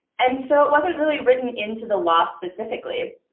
and so it wasn't really written into the law specifically.